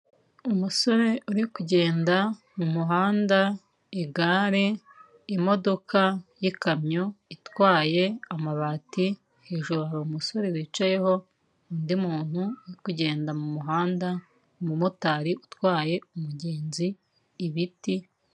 Umusore uri kugenda mu muhanda, igare, imodoka y'ikamyo itwaye amabati, hejuru hari umusore wicayeho, undi muntu uri kugenda mu muhanda, umumotari utwaye umugenzi, ibiti.